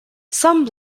some